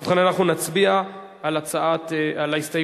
ובכן, אנחנו נצביע על ההסתייגות.